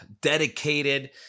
dedicated